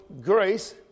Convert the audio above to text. grace